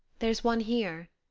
there's one here,